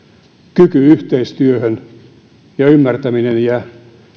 kyky yhteistyöhön ja ymmärtäminen ja